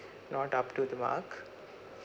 not up to the mark